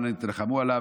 אנא, אל תילחמו עליו.